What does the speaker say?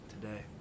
today